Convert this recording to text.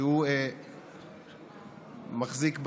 שהוא מחזיק בסיעה,